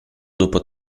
dopo